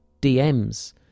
DMs